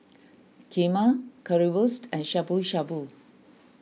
Kheema Currywurst and Shabu Shabu